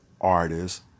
artists